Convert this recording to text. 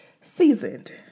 seasoned